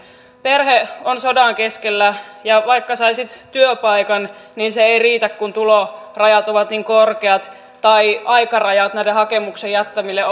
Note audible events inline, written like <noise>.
perhe on sodan keskellä ja vaikka saisit työpaikan se ei riitä kun tulorajat ovat niin korkeat tai aikarajat näiden hakemuksien jättämiselle <unintelligible>